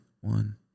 one